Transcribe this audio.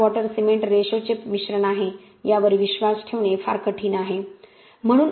16 water cement रेशोचे मिश्रण आहे यावर विश्वास ठेवणे फार कठीण आहे